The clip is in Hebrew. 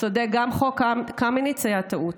צודק, גם חוק קמיניץ היה טעות.